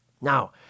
Now